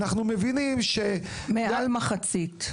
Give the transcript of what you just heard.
אנחנו מבינים ש --- מעל מחציתם.